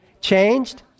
changed